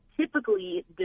typically